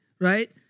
right